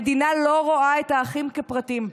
המדינה לא רואה את האחים כפרטים.